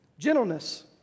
Gentleness